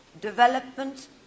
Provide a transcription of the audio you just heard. development